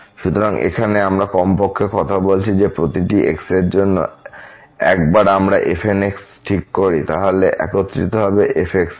সুতরাং এখানে আমরা কমপক্ষে কথা বলছি যে প্রতিটি x এর জন্য একবার আমরা fn ঠিক করি তাহলে একত্রিত হবে f এ